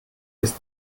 ist